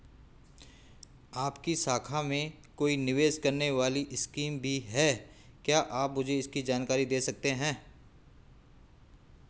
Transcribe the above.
आपकी शाखा में कोई निवेश करने वाली स्कीम भी है क्या आप मुझे इसकी जानकारी दें सकते हैं?